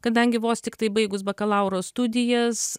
kadangi vos tiktai baigus bakalauro studijas